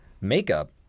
makeup